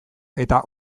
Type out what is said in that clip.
eta